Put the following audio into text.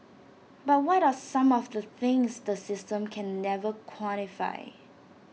but what are some of the things the system can never quantify